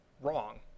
wrong